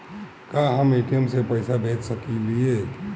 का हम ए.टी.एम से पइसा भेज सकी ले?